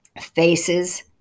faces